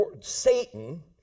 Satan